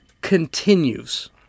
continues